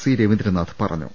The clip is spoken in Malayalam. സി രവീന്ദ്രനാഥ് പറഞ്ഞു